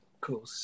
cool